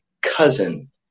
cousin